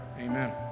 Amen